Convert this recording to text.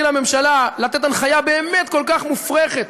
לממשלה לתת הנחיה באמת כל כך מופרכת.